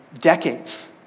decades